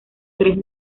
tres